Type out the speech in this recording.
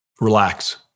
Relax